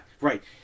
Right